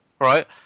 right